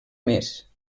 més